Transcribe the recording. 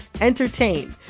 entertain